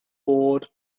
bod